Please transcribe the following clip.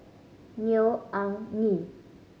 Neo Anngee